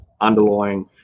underlying